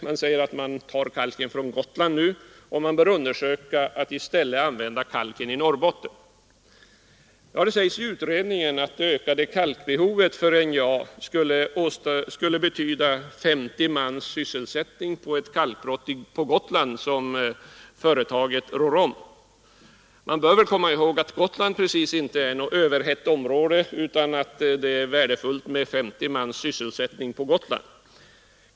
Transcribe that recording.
De säger att kalken nu tas från Gotland och att man bör undersöka om det i stället går att använda kalk från Norrbotten. Det anförs i utredningen att det ökade kalkbehovet för NJA skulle betyda 50 mans sysselsättning på ett kalkbrott på Gotland som företaget rår om. Vi bör komma ihåg att Gotland inte precis är något överhettat område utan att det är värdefullt med 50 mans sysselsättning där.